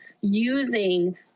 using